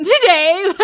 today